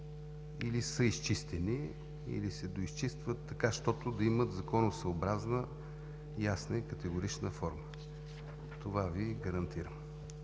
или са изчистени, или се доизчистват, така щото да имат законосъобразна, ясна и категорична форма. Това Ви гарантирам.